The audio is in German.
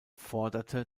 forderte